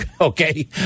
okay